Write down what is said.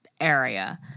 area